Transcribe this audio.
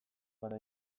gara